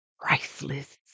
priceless